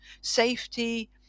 safety